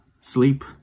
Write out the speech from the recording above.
sleep